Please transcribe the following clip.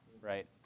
right